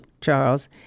Charles